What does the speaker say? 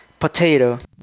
Potato